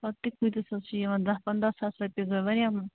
پَتہ تہِ کۭتِس حظ چھِ یِوان دَہ پَنٛداہ ساس رۄپیہِ گوٚو واریاہ